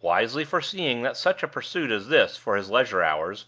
wisely foreseeing that such a pursuit as this for his leisure hours